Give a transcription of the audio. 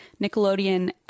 Nickelodeon